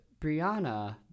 Brianna